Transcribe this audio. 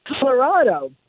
Colorado